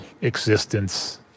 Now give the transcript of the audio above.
existence